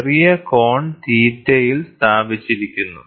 ചെറിയ കോൺ θ ൽ സ്ഥാപിച്ചിരിക്കുന്നു